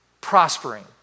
Prospering